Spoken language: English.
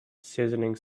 sizzling